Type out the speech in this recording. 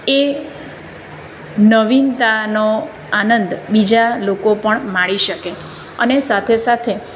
એ નવીનતાનો આનંદ બીજા લોકો પણ માણી શકે અને સાથે સાથે